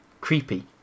creepy